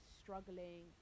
struggling